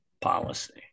policy